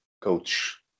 coach